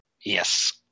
Yes